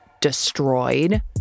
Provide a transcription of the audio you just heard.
destroyed